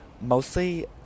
Mostly